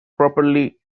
properly